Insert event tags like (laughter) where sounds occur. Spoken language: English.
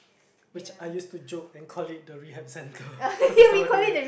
which I used to joke then call it the rehab center (breath) cause it sounds like a rehab